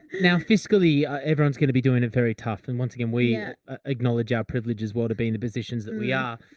now, fiscally everyone's going to be doing it very tough. and once again, we yeah ah acknowledge our ah privileges. well to be in the positions that we are